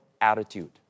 attitude